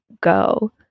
go